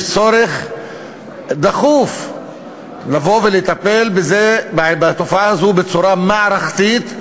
יש צורך דחוף לבוא ולטפל בתופעה הזאת בצורה מערכתית,